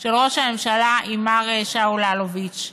של ראש הממשלה עם מר שאול אלוביץ,